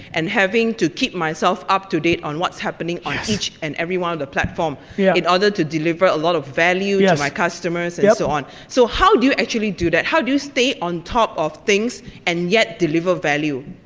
and having to keep myself up to date on what's happening on each and every one of the platform yeah in order to deliver a lot of value yeah to my customers, and yeah so on. so, how do you actually do that, how do you stay on top of things, and yet, deliver value?